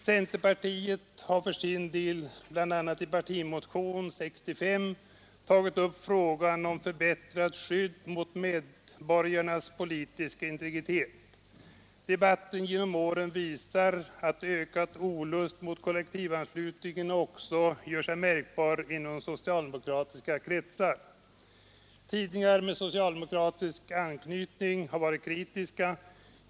Centerpartiet har för sin del, bl.a. i en partimotion år 1965, tagit upp frågan om förbättrat skydd för medborgarnas politiska integritet. Debatten genom åren visar att ökad olust mot kollektivanslutningen också gör sig märkbar inom socialdemokratiska kretsar. Tidningar med socialdemokratisk anknytning har varit kritiska.